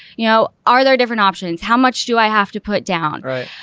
you know, are there different options? how much do i have to put down? right?